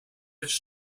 fitch